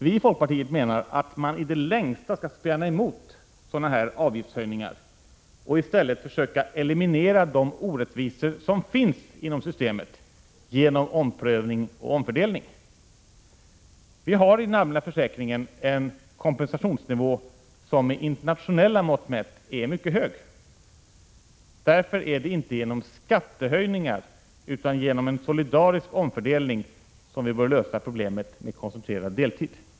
Vi i folkpartiet menar att man i det längsta skall spjärna emot sådana här avgiftshöjningar och i stället försöka eliminera de orättvisor som finns inom systemet genom omprövning och omfördelning. Vi har i den allmänna försäkringen en kompensationsnivå som med internationella mått mätt är mycket hög. Därför är det inte genom skattehöjningar utan genom solidarisk omfördelning som vi bör lösa problemet med koncentrerad deltid.